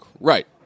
right